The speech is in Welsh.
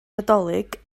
nadolig